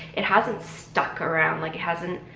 it hasn't stuck around like hasn't.